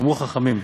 אמרו חכמים: